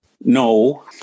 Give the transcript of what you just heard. No